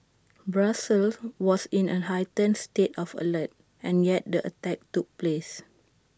Brussels was in A heightened state of alert and yet the attack took place